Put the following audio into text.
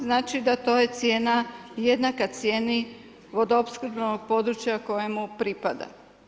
Znači da to je cijena jednaka cijeni vodoopskrbnog područja kojemu pripada.